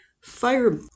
Fire